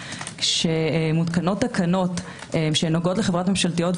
כשמותקנות תקנות שנוגעות לחברות ממשלתיות,